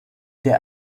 der